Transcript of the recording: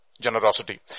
generosity